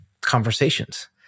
conversations